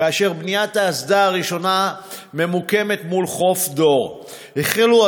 ובניית האסדה הראשונה ממוקמת מול חוף דור החלה.